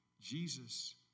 Jesus